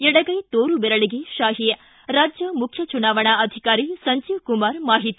ಎಡಗೈ ಶೋರು ಬೆರಳಿಗೆ ಶಾಹಿ ರಾಜ್ಯ ಮುಖ್ಯ ಚುನಾವಣಾ ಅಧಿಕಾರಿ ಸಂಜೀವ ಕುಮಾರ್ ಮಾಹಿತಿ